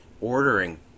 ordering